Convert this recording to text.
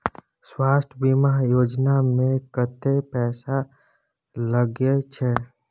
स्वास्थ बीमा योजना में कत्ते पैसा लगय छै?